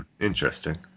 Interesting